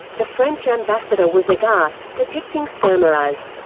the french ambassador was aghast, depicting sturmer as,